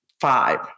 five